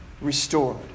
restored